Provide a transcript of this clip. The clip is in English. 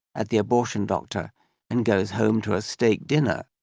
at the abortion doctor and goes home to a steak dinner.